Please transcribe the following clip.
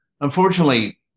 Unfortunately